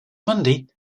mundy